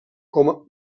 com